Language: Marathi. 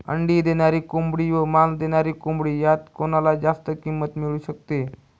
अंडी देणारी कोंबडी व मांस देणारी कोंबडी यात कोणाला जास्त किंमत मिळू शकते?